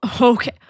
Okay